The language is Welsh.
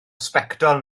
sbectol